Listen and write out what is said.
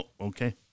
Okay